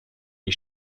die